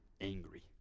angry